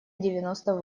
девяносто